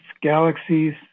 galaxies